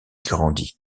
grandit